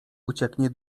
ucieknie